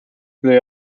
they